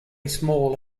small